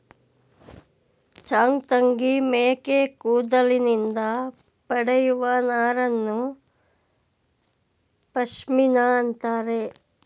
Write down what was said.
ಚಾಂಗ್ತಂಗಿ ಮೇಕೆ ಕೂದಲಿನಿಂದ ಪಡೆಯುವ ನಾರನ್ನು ಪಶ್ಮಿನಾ ಅಂತರೆ